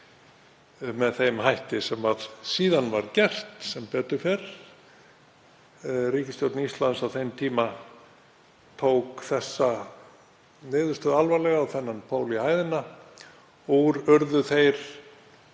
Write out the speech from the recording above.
með þeim hætti sem síðan var gert, sem betur fer. Ríkisstjórn Íslands á þeim tíma tók þessa niðurstöðu alvarlega og þennan pól í hæðina og úr urðu þeir